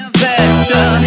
better